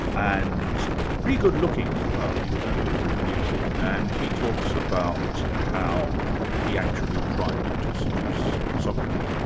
and pretty good-looking as well, he was noted for his beauty, and he talks about how he actually tried to seduce socrates,